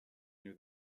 near